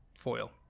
Foil